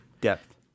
Depth